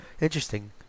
Interesting